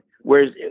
Whereas